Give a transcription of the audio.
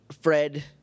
Fred